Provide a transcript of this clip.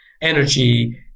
energy